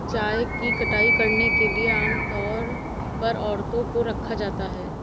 चाय की कटाई करने के लिए आम तौर पर औरतों को रखा जाता है